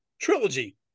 trilogy